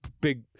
big